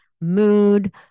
mood